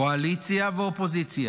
קואליציה ואופוזיציה,